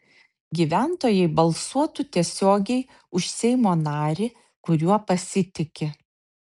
gyventojai balsuotų tiesiogiai už seimo narį kuriuo pasitiki